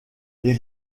les